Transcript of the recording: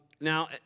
Now